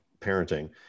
parenting